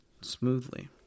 smoothly